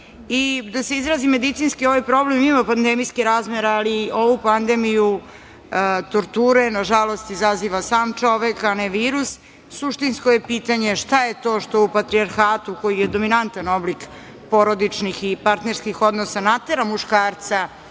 se izrazim medicinski, ovaj problem ima pandemijske razmere, ali ovu pandemiju torture, nažalost, izaziva sam čovek, a ne virus. Suštinsko je pitanje šta je to što u patrijarhatu, koji je dominantan oblik porodičnih i partnerskih odnosa, natera muškarce